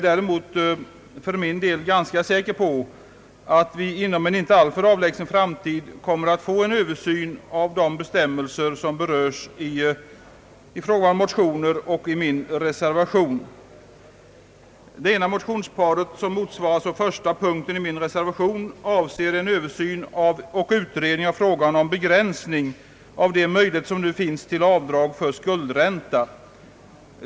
Däremot är jag ganska säker på att vi inom en inte alltför avlägsen framtid får en översyn av de bestämmelser som berörs i motionerna och i min reservation. Det ena motionsparet, som motsvarar första punkten i min reservation, avser en översyn och utredning av frågan om att begränsa de möjligheter som skattelagstiftningen nu medger till avdrag för gäldränta vid taxering.